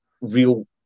real